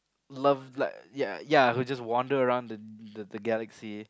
love like ya who just wonder around the like galaxy